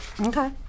Okay